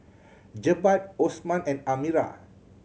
Jebat Osman and Amirah